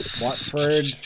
Watford